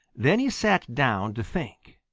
then he sat down to think.